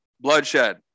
bloodshed